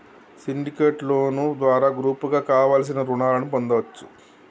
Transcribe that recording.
syndicate loan ద్వారా గ్రూపుగా కావలసిన రుణాలను పొందచ్చు